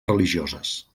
religioses